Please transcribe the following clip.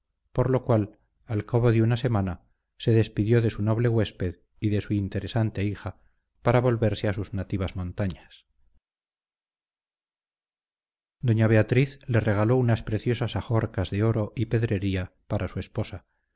por lo cual al cabo de una semana se despidió de su noble huésped y de su interesante hija para volverse a sus nativas montañas doña beatriz le regaló unas preciosas ajorcas de oro y pedrería para su esposa